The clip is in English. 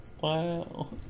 wow